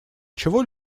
чего